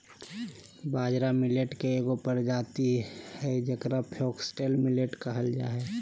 बाजरा मिलेट के एगो प्रजाति हइ जेकरा फॉक्सटेल मिलेट कहल जा हइ